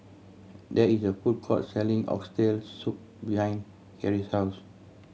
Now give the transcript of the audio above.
there is a food court selling Oxtail Soup behind Carey's house